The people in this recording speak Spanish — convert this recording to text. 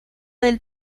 del